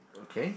okay